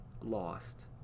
lost